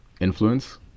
influence